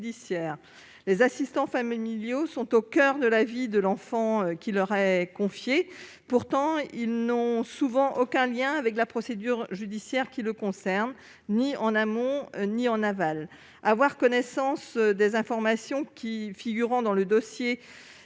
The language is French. Les assistants familiaux sont au coeur de la vie de l'enfant qui leur est confié. Pourtant, ils n'ont souvent aucun lien avec la procédure judiciaire qui le concerne : ni en amont ni en aval. Avoir connaissance des informations figurant dans le dossier,